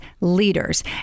leaders